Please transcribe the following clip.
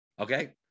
Okay